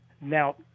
Now